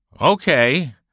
okay